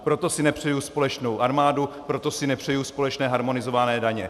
Proto si nepřeji společnou armádu, proto si nepřeju společné harmonizované daně.